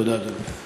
תודה, אדוני.